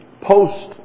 post